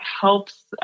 helps